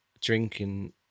drinking